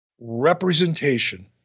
representation